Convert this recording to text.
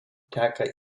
teka